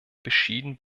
beschieden